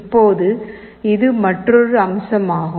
இப்போது இது மற்றொரு அம்சமாகும்